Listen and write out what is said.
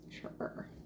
Sure